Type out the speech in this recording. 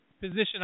Position